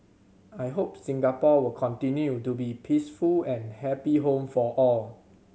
I hope Singapore will continue to be peaceful and happy home for all